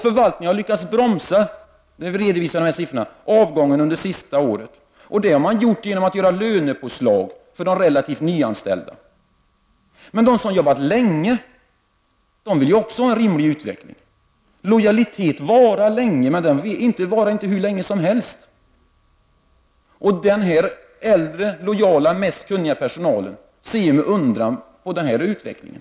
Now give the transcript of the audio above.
Förvaltningarna i O-län har lyckats bromsa avgångarna det senaste året genom lönepåslag för den relativ nyanställda personalen. Men även de som har arbetat länge vill ha en rimlig löneutveckling. Lojalitet varar länge, men inte hur länge som helst. Den äldre, lojala samt mest kunniga personalen ser med undran på utvecklingen.